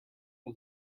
the